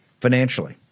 financially